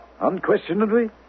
Unquestionably